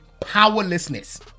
Powerlessness